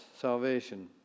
Salvation